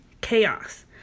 chaos